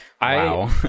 wow